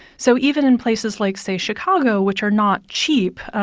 so even in places like, say, chicago, which are not cheap,